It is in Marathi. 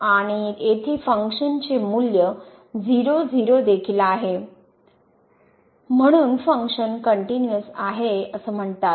आणि येथे फंक्शनचे मूल्य 0 0 देखील 0 आहे म्हणून फंक्शन कनट्युनिअस आहे असे म्हणतात